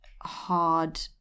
hard